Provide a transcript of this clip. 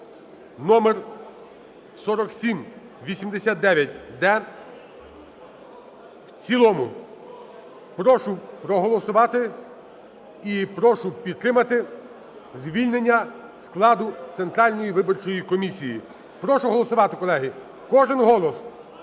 (№4789-д) в цілому. Прошу проголосувати і прошу підтримати звільнення складу Центральної виборчої комісії. Прошу голосувати, колеги, кожен голос